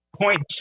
Point